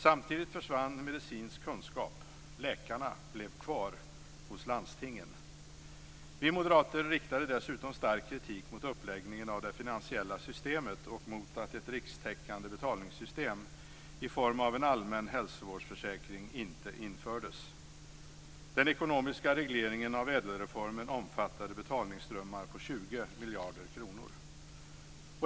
Samtidigt försvann medicinsk kunskap. Läkarna blev kvar hos landstingen. Vi moderater riktade dessutom stark kritik mot uppläggningen av det finansiella systemet och mot att ett rikstäckande betalningssystem i form av en allmän hälsovårdsförsäkring inte infördes. Den ekonomiska regleringen av ädelreformen omfattade betalningsströmmar på 20 miljarder kronor.